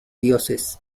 dioses